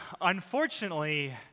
unfortunately